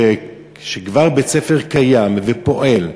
שבית-ספר כבר קיים ופועל,